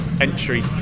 entry